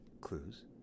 clues